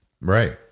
Right